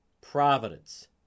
Providence